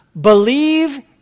believe